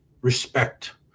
respect